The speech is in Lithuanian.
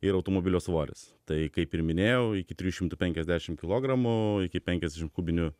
ir automobilio svoris tai kaip ir minėjau iki trijų šimtų penkiasdešimt kilogramų iki penkiasdešimt kubinių